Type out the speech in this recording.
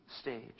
stage